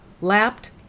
lapped